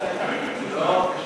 לא,